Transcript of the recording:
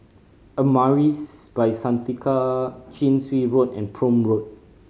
Amaris By Santika Chin Swee Road and Prome Road